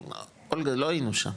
אולגה לא היינו שם,